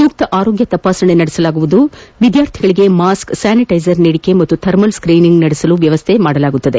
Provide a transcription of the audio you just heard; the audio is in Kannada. ಸೂಕ್ತ ಆರೋಗ್ಯ ತಪಾಸಣೆ ನಡೆಸಲಾಗುವುದು ವಿದ್ಯಾರ್ಥಿಗಳಿಗೆ ಮಾಸ್ಕ್ ಸ್ಯಾನಿಟೈಸರ್ ನೀಡಿಕೆ ಮತ್ತು ಥರ್ಮಲ್ ಸ್ಕ್ರೀನಿಂಗ್ ನಡೆಸಲು ವ್ಯವಸ್ಥೆ ಕಲ್ಪಿಸಲಾಗುವುದು